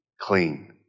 clean